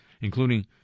including